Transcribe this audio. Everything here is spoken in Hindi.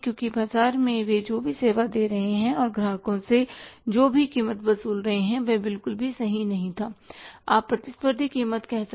क्योंकि बाजार में वे जो भी सेवा दे रहे थे और ग्राहकों से जो भी कीमत वसूल रहे थे वह बिल्कुल भी सही नहीं था आप प्रतिस्पर्धी कीमत कह सकते हैं